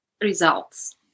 results